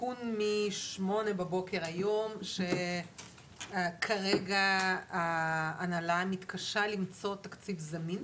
עדכון משעה שמונה בבוקר היום שכרגע ההנהלה מתקשה למצוא תקציב זמין,